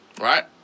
Right